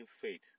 faith